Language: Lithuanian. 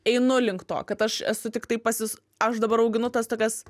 einu link to kad aš esu tiktai pasis aš dabar auginu tas tokias